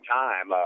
time